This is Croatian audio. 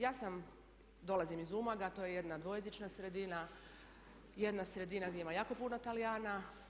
Ja sam, dolazim iz Umaga a to je jedna dvojezična sredina, jedna sredina gdje ima jako puno Talijana.